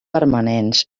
permanents